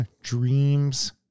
dreams